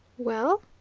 well?